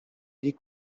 des